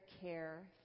care